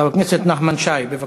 חבר הכנסת נחמן שי, בבקשה.